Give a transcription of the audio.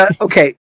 Okay